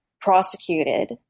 Prosecuted